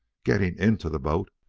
getting into the boat,